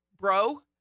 bro